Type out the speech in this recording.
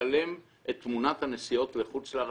תצלם את תמונת הנסיעות לחוץ לארץ,